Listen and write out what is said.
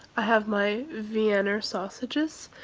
i have my vienna sausages,